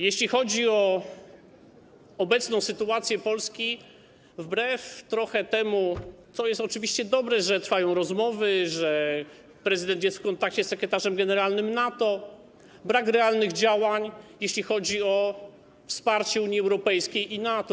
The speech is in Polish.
Jeśli chodzi o obecną sytuację Polski - trochę wbrew temu, co jest oczywiście dobre: że trwają rozmowy, że prezydent jest w kontakcie z sekretarzem generalnym NATO - brak realnych działań, jeśli chodzi o wsparcie Unii Europejskiej i NATO.